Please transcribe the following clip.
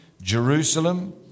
Jerusalem